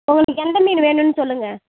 உங்களுக்கு எந்த மீன் வேணும்ன்னு சொல்லுங்கள்